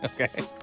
okay